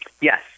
Yes